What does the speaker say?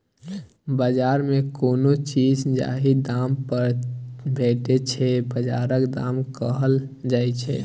बजार मे कोनो चीज जाहि दाम पर भेटै छै बजारक दाम कहल जाइ छै